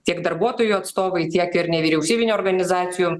tiek darbuotojų atstovai tiek ir nevyriausybinių organizacijų